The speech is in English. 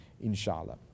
inshallah